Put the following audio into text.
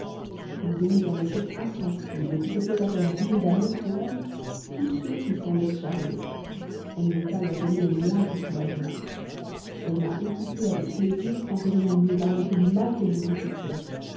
vous aimez un objet insensible qui se plaît à faire brûler d'amour pour elle tous ceux qui s'en laissent charmer elle ne veut pas leur donner le moindre soulagement elle m'a écoutée avec plaisir tant que je ne lui ai parlé que du mal qu'elle vous fait souffrir